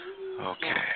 Okay